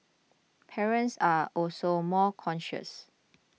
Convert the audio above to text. parents are also more cautious